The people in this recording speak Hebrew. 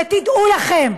ותדעו לכם,